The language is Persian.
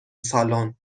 سالن